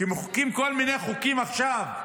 כי מחוקקים כל מיני חוקים עכשיו,